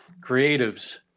creatives